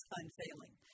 unfailing